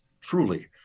truly